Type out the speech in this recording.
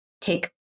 take